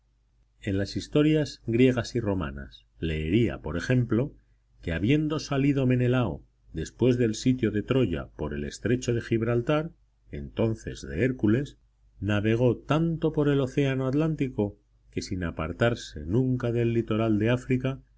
en las historias griegas y romanas leería por ejemplo que habiendo salido menelao después del sitio de troya por el estrecho de gibraltar entonces de hércules navegó tanto por el océano atlántico que sin apartarse nunca del litoral de áfrica